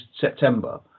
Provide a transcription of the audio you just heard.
september